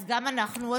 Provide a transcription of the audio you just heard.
אז גם אנחנו עוזבים.